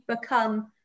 become